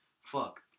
Fuck